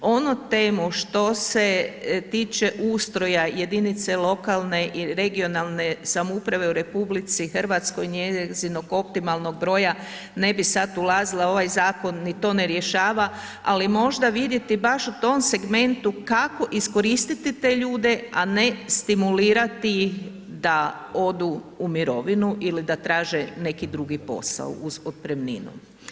Onu temu što se tiče ustroja jedinice lokalne i regionalne samouprave u RH njezinog optimalnog broja ne bi sad ulazila, ovaj zakon ni to ne rješava, ali možda vidjeti baš u tom segmentu kao iskoristiti te ljude, a ne stimulirati ih da odu u mirovinu ili da traže neki drugi posao uz otpremninu.